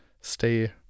stay